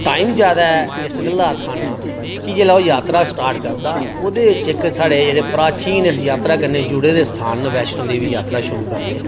time ज्यादा इस गल्ला आक्खा ना कि जेल्लै ओह् यात्रा स्टार्ट करदा ओह्दे च इक साढ़े जेहडे प्राचीन यात्रा कने जुड़े दे स्थान न वैष्णो देवी यात्रा शुरु करदे